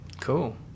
cool